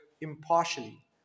impartially